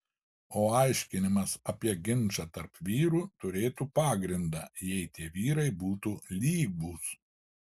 o aiškinimas apie ginčą tarp vyrų turėtų pagrindą jei tie vyrai būtų lygūs